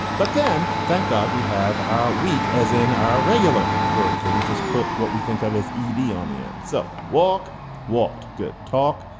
but then thank god we have our week as in our regular verbs. so you just put what we think of as e d on the end so walk walked. good talk.